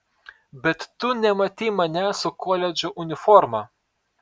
bet tu nematei manęs su koledžo uniforma